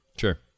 Sure